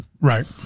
Right